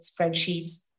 spreadsheets